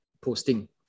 posting